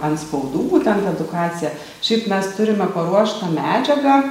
antspaudų būtent edukacija šiaip mes turime paruoštą medžiagą